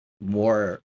more